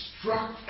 struck